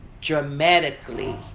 dramatically